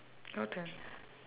your turn